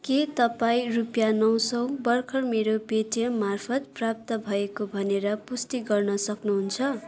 के तपाईँ रुपियाँ नौ सौ भर्खर मेरो पेटिएम मार्फत् प्राप्त भएको भनेर पुष्टि गर्न सक्नुहुन्छ